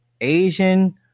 Asian